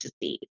disease